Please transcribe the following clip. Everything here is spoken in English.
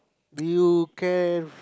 do you care